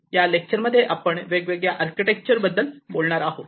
या लेक्चरमध्ये आपण वेगवेगळ्या आर्किटेक्चर बद्दल बोलणार आहोत